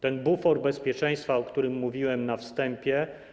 Ten bufor bezpieczeństwa, o którym mówiłem na wstępie.